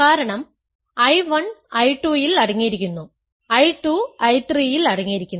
കാരണം I1 I2 ൽ അടങ്ങിയിരിക്കുന്നു I2 I3 ൽ അടങ്ങിയിരിക്കുന്നു